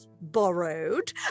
borrowed